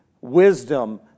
Wisdom